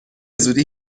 زودی